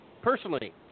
Personally